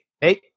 Hey